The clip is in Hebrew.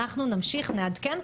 אנחנו נמשיך ונעדכן,